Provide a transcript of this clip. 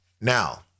Now